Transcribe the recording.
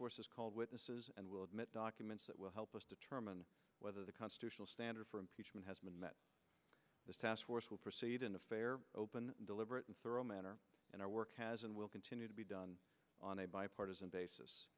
force is called witnesses and will admit documents that will help us determine whether the constitutional standard for impeachment has been met the task force will proceed in a fair open and deliberate and thorough manner in our work has and will continue to be done on a bipartisan basis